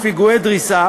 ופיגועי דריסה